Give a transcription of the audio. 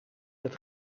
het